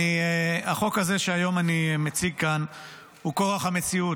החוק הזה שהיום אני מציג כאן הוא כורח המציאות.